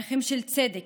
ערכים של צדק,